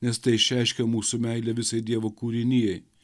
nes tai išreiškia mūsų meilę visai dievo kūrinijai